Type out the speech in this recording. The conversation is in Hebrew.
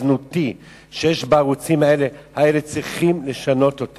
הזנותי שיש בערוצים האלה צריך לשנות.